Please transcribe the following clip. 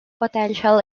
potential